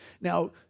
Now